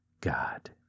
God